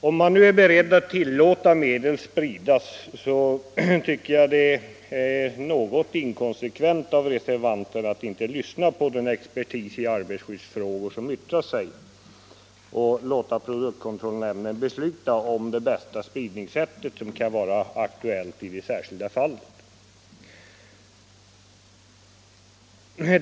Om man nu är beredd att tillåta att medel sprids, är det något inkonsekvent av reservanterna att inte lyssna på den expertis i arbetarskyddsfrågor som yttrat sig och låta produktkontrollnämnden besluta om det bästa spridningssätt som kan vara aktuellt i det särskilda fallet.